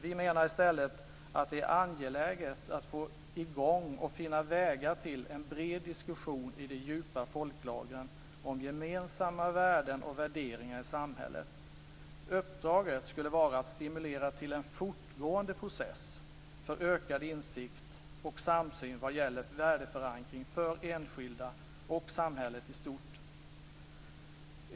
Vi menar i stället att det är angeläget att få i gång och att finna vägar till en bred diskussion i de djupa folklagren om gemensamma värden och värderingar i samhället. Uppdraget skulle vara att stimulera till en fortgående process för ökad insikt och samsyn vad gäller värdeförankring för enskilda och för samhället i stort.